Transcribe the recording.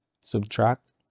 subtract